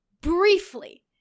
briefly